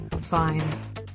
fine